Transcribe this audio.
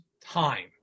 time